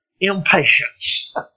impatience